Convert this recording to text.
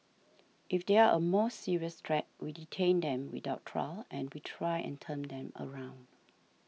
if they are a more serious threat we detain them without trial and we try and turn them around